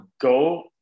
go